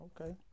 okay